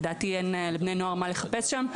לדעתי אין לבני נוער מה לחפש שם,